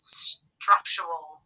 structural